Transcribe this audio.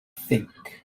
think